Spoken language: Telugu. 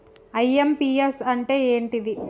ఐ.ఎమ్.పి.యస్ అంటే ఏంటిది?